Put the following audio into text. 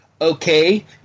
Okay